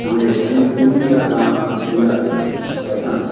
तव्हांजे घरु मोकलियूं था तव्हां ईंदा वठणु